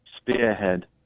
spearhead